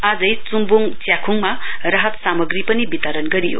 आजै चुम्बुङ च्याखुङमा राहत सामग्री पनि वितरण गरियो